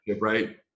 right